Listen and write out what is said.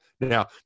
Now